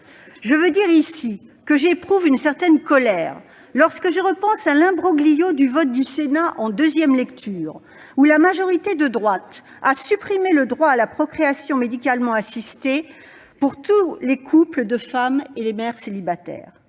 Je veux le dire ici, j'éprouve une certaine colère lorsque je repense à l'imbroglio du vote du Sénat en deuxième lecture, où la majorité de droite a supprimé le droit à la procréation médicalement assistée (PMA) pour tous les couples de femmes et les mères célibataires.